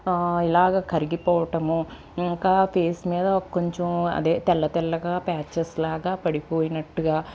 ఇలాగ కరిగిపోవటము ఇంకా ఫేస్ మీద కొంచెం అదే తెల్లతెల్లగా ప్యాచెస్ లాగా పడిపోయినట్టుగా